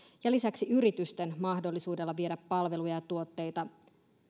ja lisäksi yritysten mahdollisuudella viedä palveluja ja tuotteita